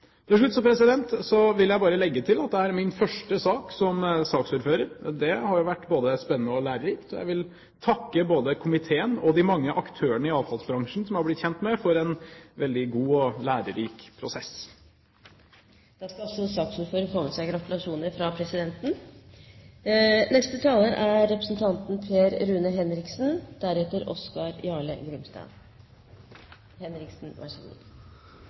Til slutt vil jeg bare legge til at dette er min første sak som saksordfører. Det har vært både spennende og lærerikt. Jeg vil takke komiteen og de mange aktørene i avfallsbransjen som jeg har blitt kjent med, for en veldig god og lærerik prosess. Da skal saksordføreren få med seg gratulasjoner fra presidenten!